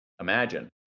imagine